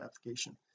application